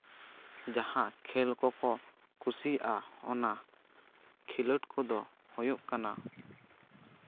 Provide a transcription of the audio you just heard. ᱡᱟᱦᱟᱸ ᱠᱷᱮᱞ ᱠᱚᱠᱚ ᱠᱩᱥᱤᱭᱟᱜᱼᱟ ᱚᱱᱟ ᱠᱷᱮᱞᱳᱰ ᱠᱚᱫᱚ ᱦᱩᱭᱩᱜ ᱠᱟᱱᱟ